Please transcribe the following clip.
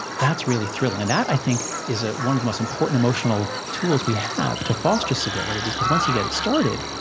that's really thrilling. and that, i think, is ah one of the most important emotional tools we have to foster civility. because once you get it started,